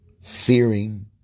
Fearing